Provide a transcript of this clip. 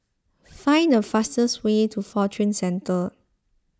find the fastest way to Fortune Centre